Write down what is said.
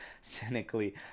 cynically